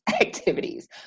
activities